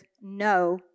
no